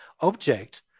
object